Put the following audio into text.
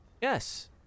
Yes